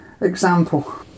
Example